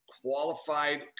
qualified